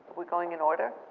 we're going in order?